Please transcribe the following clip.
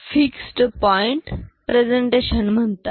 यालाच fixed point presentation म्हणतात